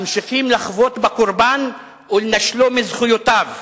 ממשיכים לחבוט בקורבן ולנשלו מזכויותיו.